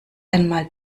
einmal